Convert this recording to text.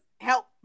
help